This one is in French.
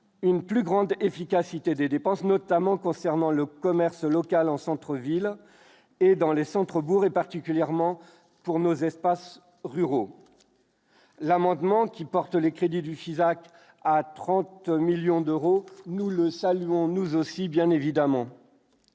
une plus grande efficacité des dépenses, notamment concernant le commerce local en centre ville et dans les centres bourgs et particulièrement pour nos espaces ruraux, l'amendement qui porte les crédits du Fisac à 30 millions d'euros, nous le saluons nous aussi bien évidemment